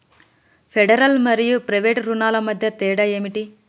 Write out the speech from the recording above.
Federal మరియు private రుణాల మధ్య తేడా ఏమిటి?